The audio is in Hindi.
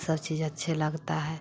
सब चीज अच्छे लगता है